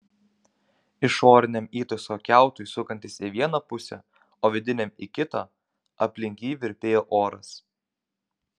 išoriniam įtaiso kiautui sukantis į vieną pusę o vidiniam į kitą aplink jį virpėjo oras